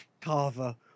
Carver